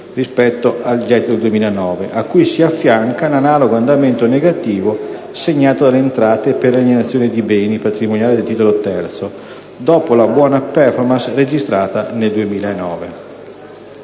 rispetto al gettito del 2009, a cui si affianca l'analogo andamento negativo segnato dalle entrate per alienazione di beni patrimoniali del titolo III, dopo la buona *performance* registrata nel 2009.